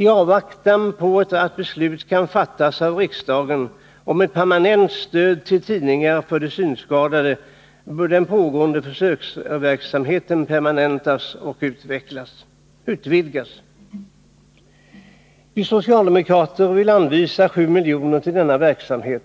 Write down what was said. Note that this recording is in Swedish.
I avvaktan på att beslut kan fattas av riksdagen om ett permanent stöd till tidningar för synskadade bör den pågående försöksverksamheten permanentas och utvidgas. Vi socialdemokrater vill anvisa 7 milj.kr. till denna verksamhet.